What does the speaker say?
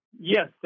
Yes